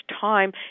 time